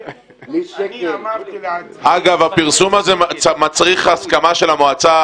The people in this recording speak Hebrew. אגב, הפרסום הזה מצריך הסכמה של המועצה.